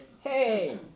Hey